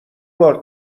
بار